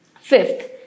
Fifth